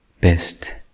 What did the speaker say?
best